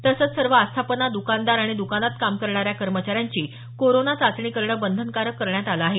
तसंच सर्व आस्थापना दुकानदार आणि दुकानात काम करणाऱ्या कर्मचाऱ्यांची कोरोना चाचणी करण बंधनकारक करण्यात आले आहे